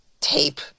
tape